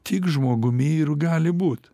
tik žmogumi ir gali būt